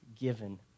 given